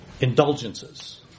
Indulgences